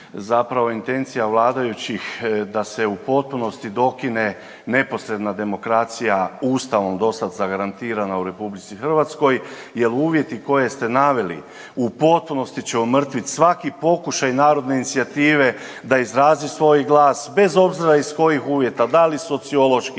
zapravo intencija vladajućih da se u potpunosti dokine neposredna demokracija Ustavom dosad zagarantirana u RH jer uvjeti koje ste naveli u potpunosti će umrtvit svaki pokušaj narodne inicijative da izrazi svoj glas bez obzira iz kojih uvjeta, da li socioloških,